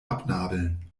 abnabeln